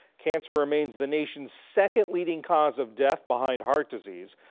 cancer remains the nation's second leading cause of death, behind heart disease,